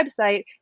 website